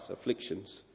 afflictions